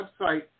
website